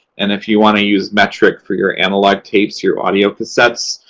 and if you want to use metric for your analog tapes, your audiocassettes,